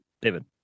David